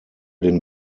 den